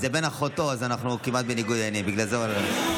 זה בן אחותו, אז אנחנו כמעט בניגוד עניינים.